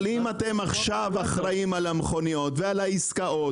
אבל אם אתם עכשיו אחראים על המכוניות ועל העסקאות,